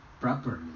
properly